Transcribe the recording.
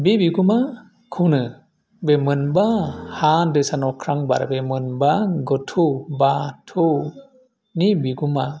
बे बिगुमाखौनो बे मोनबा हा दै सान अख्रां बार बे मोनबा गोथौ बाथौ नि बिगुमा